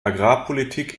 agrarpolitik